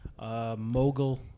mogul